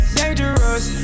dangerous